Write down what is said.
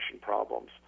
problems